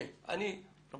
יש עוד